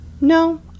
No